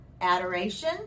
adoration